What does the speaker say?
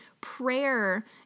Prayer